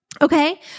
Okay